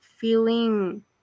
feeling